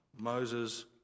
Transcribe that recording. Moses